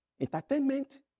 Entertainment